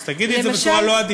אז תגידי את זה בצורה לא עדינה.